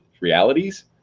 realities